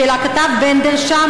של הכתב בנדל שם,